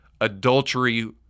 adultery